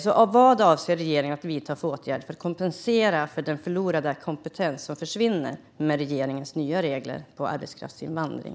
Vilka åtgärder avser regeringen att vidta för att kompensera för den kompetens som försvinner med regeringens nya regler för arbetskraftsinvandring?